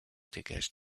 dégage